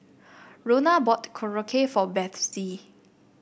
Rhona bought Korokke for Bethzy